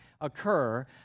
occur